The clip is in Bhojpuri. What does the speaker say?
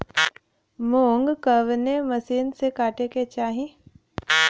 मूंग कवने मसीन से कांटेके चाही?